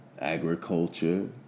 Agriculture